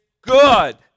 good